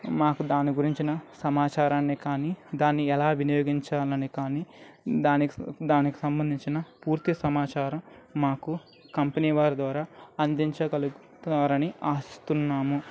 మాకు దాని గురించి సమాచారాన్ని కానీ దాన్ని ఎలా వినియోగించాలని కానీ దానికి దానికి సంబంధించిన పూర్తి సమాచారం మాకు కంపెనీ వారి ద్వారా అందించగలుగుతారు అని ఆశిస్తున్నాము